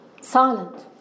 silent